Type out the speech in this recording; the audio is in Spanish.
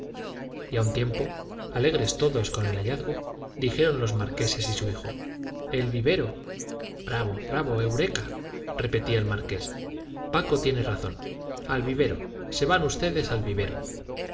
a un tiempo alegres todos con el hallazgo dijeron los marqueses y su hijo el vivero bravo bravo eureka repetía el marqués paco tiene razón al vivero se van ustedes al vivero